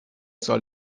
soll